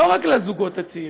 לא רק לזוגות הצעירים,